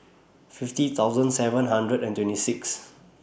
fifty thousand seven hundred and twenty six